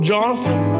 Jonathan